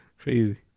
crazy